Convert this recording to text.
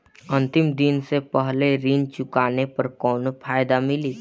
अंतिम दिन से पहले ऋण चुकाने पर कौनो फायदा मिली?